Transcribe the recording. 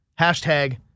Hashtag